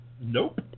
Nope